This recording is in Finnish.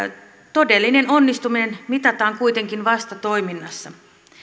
todellinen onnistuminen mitataan kuitenkin vasta toiminnassa